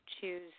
choose